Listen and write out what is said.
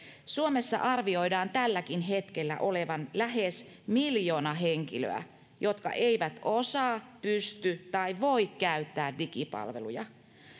suomessa arvioidaan tälläkin hetkellä olevan lähes miljoona henkilöä jotka eivät osaa pysty tai voi käyttää digipalveluja